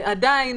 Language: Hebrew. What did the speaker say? עדיין